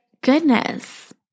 goodness